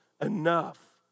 enough